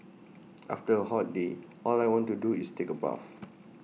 after A hot day all I want to do is take A bath